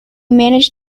managed